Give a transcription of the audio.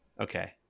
Okay